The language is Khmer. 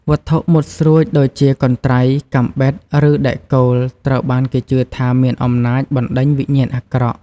វត្ថុមុតស្រួចដូចជាកន្ត្រៃ កាំបិត ឬដែកគោល ត្រូវបានគេជឿថាមានអំណាចបណ្ដេញវិញ្ញាណអាក្រក់។